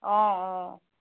অঁ অঁ